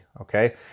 okay